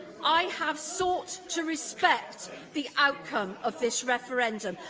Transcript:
i have sought to respect the outcome of this referendum,